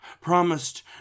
Promised